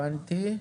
הבנתי.